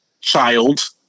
child